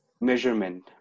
measurement